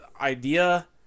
idea